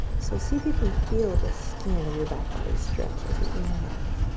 so, see if you can feel the skin of your back body stretch as you inhale in.